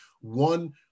one